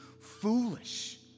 foolish